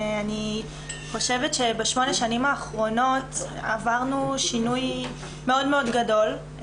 אני חושבת שבשמונה השנים האחרונות עברנו שינוי מאוד מאוד גדול,